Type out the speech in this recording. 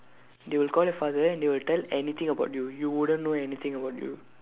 they will call your father and they will tell anything about you you wouldn't know anything about you